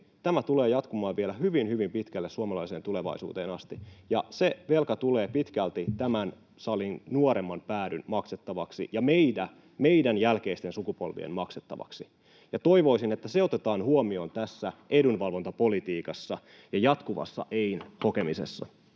tulee jatkumaan vielä hyvin, hyvin pitkälle suomalaiseen tulevaisuuteen, ja se velka tulee pitkälti tämän salin nuoremman päädyn maksettavaksi ja meidän jälkeisten sukupolviemme maksettavaksi. Toivoisin, että se otetaan huomioon tässä edunvalvontapolitiikassa ja jatkuvassa ein hokemisessa.